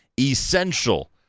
essential